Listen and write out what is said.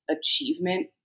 achievement